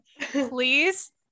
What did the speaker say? please